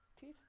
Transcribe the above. teeth